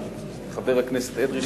חבר הכנסת אדרי,